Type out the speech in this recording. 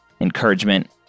encouragement